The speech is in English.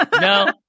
No